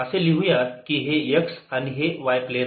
असे लिहूयात की हे x आणि y प्लेन